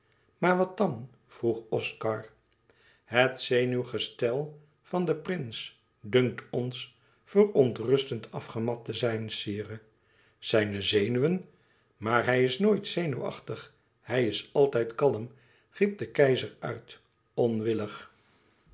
maar wat dan vroeg oscar het zenuwgestel van den prins dunkt ons verontrustend afgemat te zijn sire zijn zenuwen maar hij is nooit zenuwachtig hij is altijd kalm riep de keizer uit onwillig